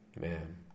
Man